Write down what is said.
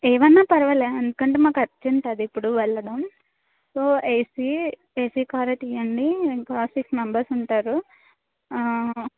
ఏదున్నా పర్వాలేదు ఎందుకంటే అర్జెంట్ అది ఇప్పుడు వెళ్ళడం సో ఏసీ ఏసీ కారే తీయండి ఇంకో సిక్స్ మెంబర్స్ ఉంటారు